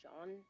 John